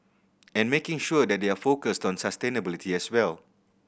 and making sure that they are focused on sustainability as well